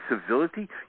civility